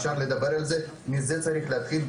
אפשר לדבר על זה ומזה צריך להתחיל,